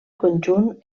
conjunt